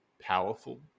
powerful